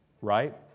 right